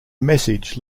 message